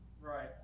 Right